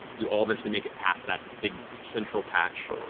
you all eventually make it past that big central patch,